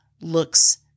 looks